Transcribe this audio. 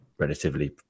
relatively